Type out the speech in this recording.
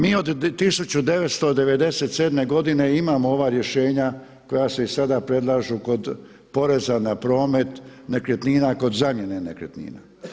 Mi od 1997. godine imamo ova rješenja koja se i sada predlažu kod poreza na promet nekretnina kod zamjene nekretnina.